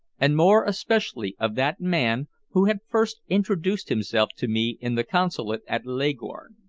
and more especially of that man who had first introduced himself to me in the consulate at leghorn.